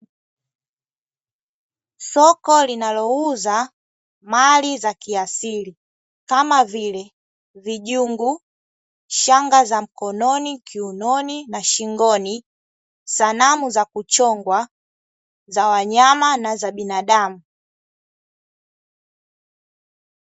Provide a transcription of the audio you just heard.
Soko linalouza mali za kiasili kama vile vijungu, shanga za mkononi, kiunoni na shingoni, sanamu za kuchongwa za wanyama na za binadamu.